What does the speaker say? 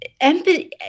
empathy